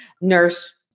nurse